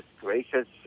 gracious